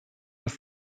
have